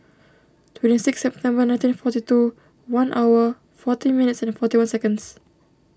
twenty six September nineteen forty two one hour fourteen minutes forty one seconds